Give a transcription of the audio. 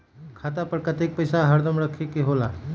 खाता पर कतेक पैसा हरदम रखखे के होला?